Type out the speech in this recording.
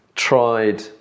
tried